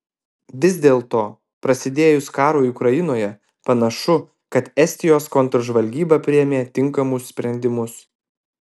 vis dėlto prasidėjus karui ukrainoje panašu kad estijos kontržvalgyba priėmė tinkamus sprendimus